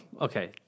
Okay